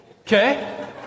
okay